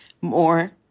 more